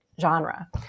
genre